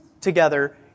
together